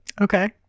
Okay